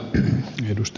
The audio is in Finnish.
herra puhemies